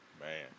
Man